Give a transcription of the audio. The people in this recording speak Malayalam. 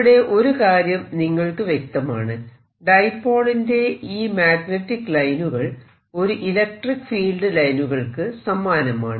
ഇവിടെ ഒരു കാര്യം നിങ്ങൾക്ക് വ്യക്തമാണ് ഡൈപോളിന്റെ ഈ മാഗ്നെറ്റിക് ലൈനുകൾ ഒരു ഇലക്ട്രിക്ക് ഫീൽഡ് ലൈനുകൾക്ക് സമാനമാണ്